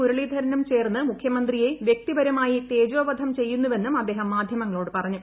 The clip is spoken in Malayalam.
മുരളീധരനും ചേർന്ന് മുഖ്യമന്ത്രിയെ വ്യക്തിപരമായി തേജ്യോവധം ചെയ്യുന്നുവെന്നും അദ്ദേഹം മാധ്യമങ്ങളോട് പറഞ്ഞു